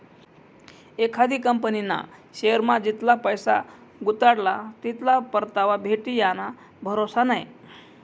एखादी कंपनीना शेअरमा जितला पैसा गुताडात तितला परतावा भेटी याना भरोसा नै